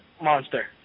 monster